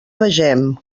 vegem